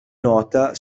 nota